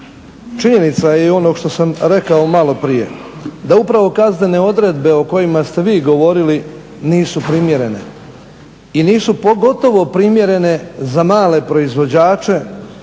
Činjenica je i ono što sam rekao maloprije da upravo kaznene odredbe o kojima ste vi govorili nisu primjerene i nisu pogotovo primjerene za male proizvođače,